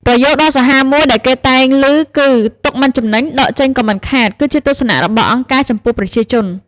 ប្រយោគដ៏សាហាវមួយដែលគេតែងឮគឺ «ទុកមិនចំណេញ ដកចេញក៏មិនខាត» គឺជាទស្សនៈរបស់អង្គការចំពោះប្រជាជន។